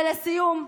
ולסיום,